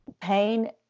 Pain